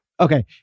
okay